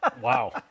Wow